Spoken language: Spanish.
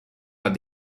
las